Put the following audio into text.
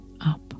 up